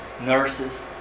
nurses